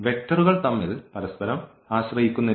വെക്ടറുകൾ തമ്മിൽ പരസ്പരം ആശ്രയിക്കുന്നില്ല